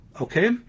Okay